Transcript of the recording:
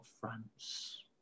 France